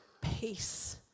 peace